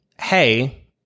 Hey